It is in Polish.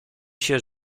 się